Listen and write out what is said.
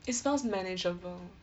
it smells manageable